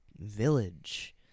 village